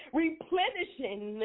replenishing